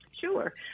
Sure